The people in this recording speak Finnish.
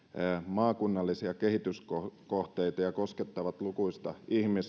maakunnallisia kehityskohteita ja koskettavat lukuista